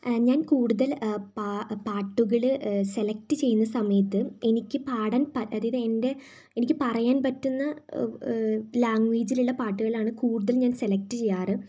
ഞാൻ കൂടുതൽ പാട്ടുകൾ സെലക്ട് ചെയ്യുന്ന സമയത്ത് എനിക്ക് പാടാൻ എൻ്റെ എനിക്ക് പറയാൻ പറ്റുന്ന ലാംഗ്വേജിലുള്ള പാട്ടുകളാണ് കൂടുതൽ ഞാൻ സെലക്ട് ചെയ്യാറ്